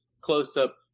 close-up